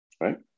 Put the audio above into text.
right